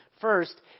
First